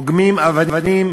רוגמים באבנים